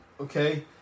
okay